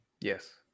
Yes